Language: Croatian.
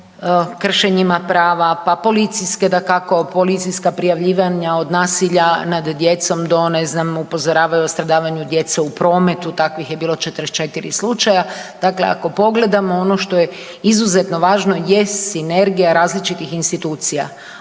kršenjima prava, pa policijska dakako policijska prijavljivanja od nasilja nad djecom do ne znam upozoravaju o stradavanju djecu u prometu. Takvih je bilo 44 slučaja. Dakle, ako pogledamo ono što je izuzetno važno jest sinergija različitih institucija,